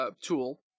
tool